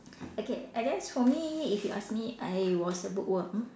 okay I guess for me if you ask me I was a bookworm